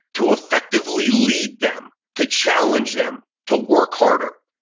to effectively lead them, to challenge them to work harder,